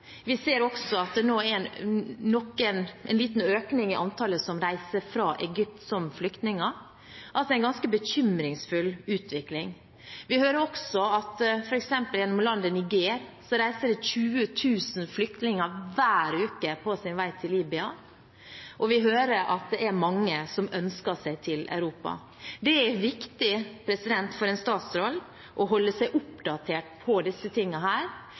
Vi ser også at det nå er en liten økning i antallet som reiser fra Egypt som flyktninger, altså en ganske bekymringsfull utvikling. Vi hører også at f.eks. gjennom landet Niger reiser det 20 000 flyktninger hver uke på vei til Libya, og vi hører at det er mange som ønsker seg til Europa. Det er viktig for en statsråd å holde seg oppdatert på disse